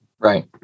Right